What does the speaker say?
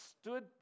stood